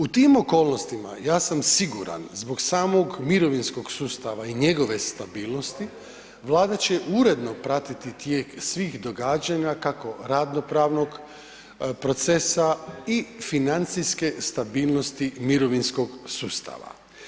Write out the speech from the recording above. U tim okolnostima ja sam siguran zbog samog mirovinskog sustava i njegove stabilnosti, Vlada će uredno pratiti tijek svih događanja kako radno-pravnog procesa i financijske stabilnosti mirovinskog sustava.